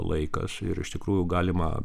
laikas ir iš tikrųjų galima